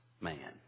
man